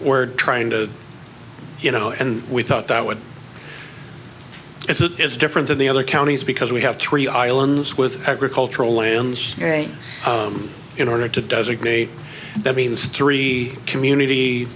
were trying to you know and we thought that what if that is different to the other counties because we have tree islands with agricultural lands in order to designate that means to re community